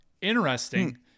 Interesting